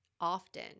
often